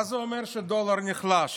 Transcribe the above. מה זה אומר שהדולר נחלש?